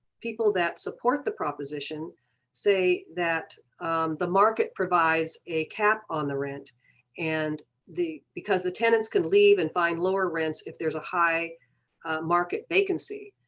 people that support the proposition say that the market provides a cap on the rent and the because the tenants can leave and find lower rents if there's a high market vacancy.